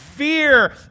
Fear